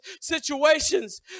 situations